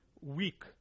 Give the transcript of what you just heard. weak